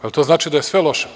Je li to znači da je sve loše?